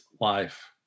life